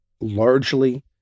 largely